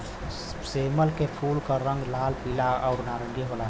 सेमल के फूल क रंग लाल, पीला आउर नारंगी होला